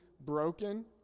broken